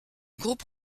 groupe